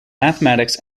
mathematics